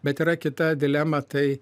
bet yra kita dilema tai